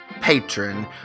patron